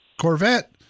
Corvette